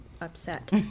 upset